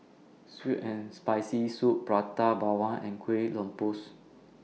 Sour and Spicy Soup Prata Bawang and Kueh Lopes